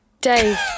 Dave